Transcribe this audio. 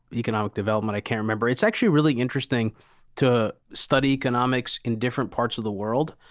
economic development, i can't remember. it's actually really interesting to study economics in different parts of the world.